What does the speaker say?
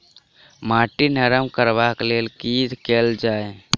माटि नरम करबाक लेल की केल जाय?